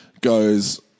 goes